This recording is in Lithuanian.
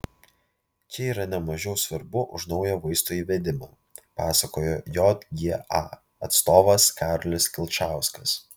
čia yra ne mažiau svarbu už naujo vaisto įvedimą pasakojo jga atstovas karolis kilčauskas